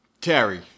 Terry